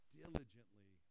diligently